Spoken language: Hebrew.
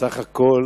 בסך הכול